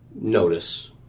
notice